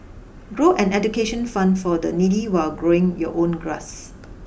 grow an education fund for the needy while growing your own grass